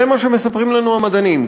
זה מה שמספרים לנו המדענים.